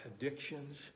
addictions